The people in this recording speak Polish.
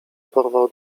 porwał